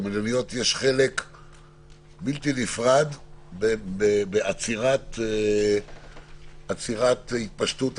למלוניות יש חלק בלתי נפרד בעצירת התפשטות המחלה,